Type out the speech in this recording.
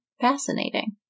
fascinating